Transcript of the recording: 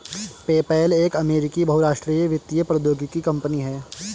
PayPal एक अमेरिकी बहुराष्ट्रीय वित्तीय प्रौद्योगिकी कंपनी है